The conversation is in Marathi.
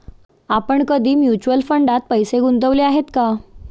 आपण कधी म्युच्युअल फंडात पैसे गुंतवले आहेत का?